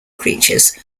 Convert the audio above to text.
creatures